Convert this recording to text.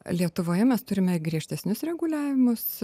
lietuvoje mes turime griežtesnius reguliavimus